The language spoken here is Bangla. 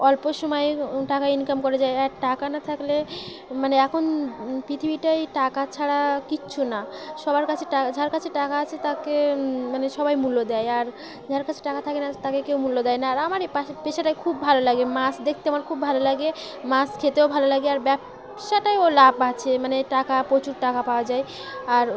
অল্প সময়ে টাকা ইনকাম করা যায় আর টাকা না থাকলে মানে এখন পৃথিবীটায় টাকা ছাড়া কিচ্ছু না সবার কাছে যার কাছে টাকা আছে তাকে মানে সবাই মূল্য দেয় আর যার কাছে টাকা থাকে না তাকে কেউ মূল্য দেয় না আর আমার এই পেশাটা খুব ভালো লাগে মাছ দেখতে আমার খুব ভালো লাগে মাছ খেতেও ভালো লাগে আর ব্যবসাটায়ও লাভ আছে মানে টাকা প্রচুর টাকা পাওয়া যায় আর